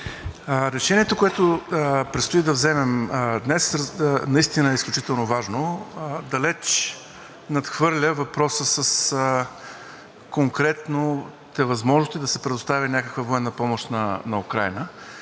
решението, което предстои да вземем днес, наистина е изключително важно, далече надхвърля въпроса с конкретните възможности да се предостави някаква военна помощ на Украйна.